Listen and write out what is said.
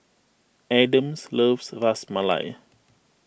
Adams loves Ras Malai